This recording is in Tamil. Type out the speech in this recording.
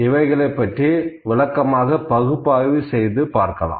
இவைகளைப் பற்றி விளக்கமாக பகுப்பாய்வு செய்து பார்க்கலாம்